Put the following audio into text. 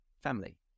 family